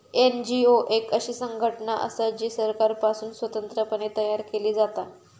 NGO एक अशी संघटना असा जी सरकारपासुन स्वतंत्र पणे तयार केली जाता